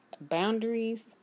boundaries